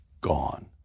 gone